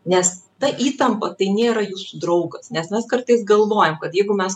nes ta įtampa tai nėra jūsų draugas nes mes kartais galvojam kad jeigu mes